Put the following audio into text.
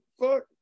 Fuck